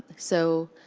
so,